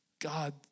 God